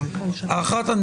האחת,